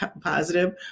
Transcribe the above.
positive